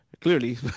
clearly